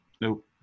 nope